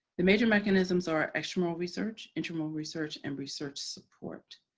the major mechanisms are extramural research, intramural research and research support.